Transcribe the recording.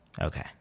okay